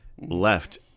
left